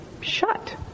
shut